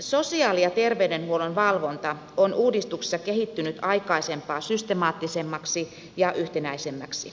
sosiaali ja terveydenhuollon valvonta on uudistuksessa kehittynyt aikaisempaa systemaattisemmaksi ja yhtenäisemmäksi